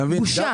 בושה.